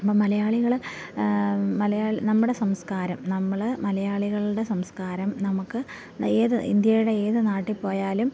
അപ്പം മലയാളികൾ മലയാളി നമ്മുടെ സംസ്കാരം നമ്മൾ മലയാളികളുടെ സംസ്കാരം നമുക്ക് ആ ഏത് ഇന്ത്യയുടെ ഏത് നാട്ടിൽ പോയാലും